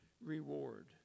reward